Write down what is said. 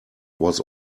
was